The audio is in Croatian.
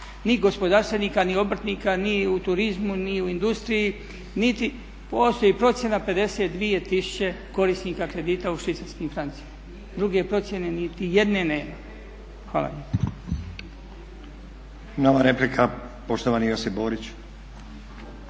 ni gospodarstvenika, ni obrtnika, ni u turizmu, ni u industriji, niti, postoji procjena 52 tisuće korisnika kredita u švicarskim francima, druge procjene niti jedne nema. Hvala lijepa. **Stazić, Nenad (SDP)** Nova replika poštovani Josip Borić.